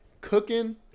Cooking